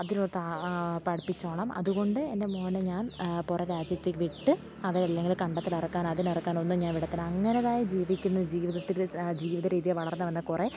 അതിലൊത്ത പഠിപ്പിച്ചോളാം അതു കൊണ്ട് എൻ്റെ മോനെ ഞാൻ പുറം രാജ്യത്തേക്കു വിട്ട് അവരെ അല്ലെങ്കിലും കണ്ടത്തിലിറക്കാൻ അതിലിറക്കാനൊന്നും ഞാൻ വിടത്തില്ല അങ്ങനേതായ ജീവിക്കുന്ന ജീവിതത്തിൽ ജീവിത രീതിയിൽ വളർന്നു വന്ന കുറേ